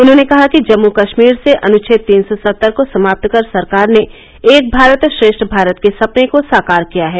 उन्होंने कहा कि जम्मू कश्मीर से अनुच्छेद तीन सौ सत्तर को समाप्त कर सरकार ने एक भारत श्रेष्ठ भारत के सपने को साकार किया है